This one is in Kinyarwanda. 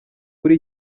kuri